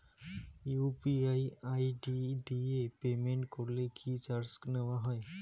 UPI ID দিয়ে payment করলে কি চার্জ নেয়া হয়?